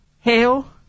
Hail